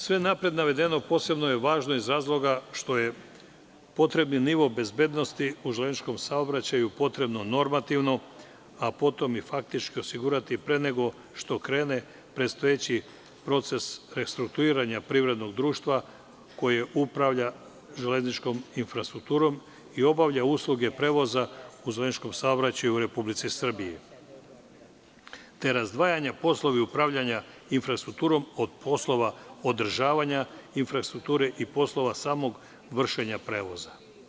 Sve napred navedeno posebno je važno iz razloga što je potrebni nivo bezbednosti u železničkom saobraćaju potrebno normativno, a potom i faktički osigurati pre nego što krene predstojeći proces restruktuiranja privrednog društva koje upravlja železničkom infrastrukturom i obavlja usluge prevoza u železničkom saobraćaju u Republici Srbiji, te razdvajanja poslova upravljanja infrastrukturom od poslova održavanja infrastrukture i poslova samog vršenja prevoza.